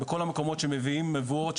בכל מקומות שמביאים מבואות,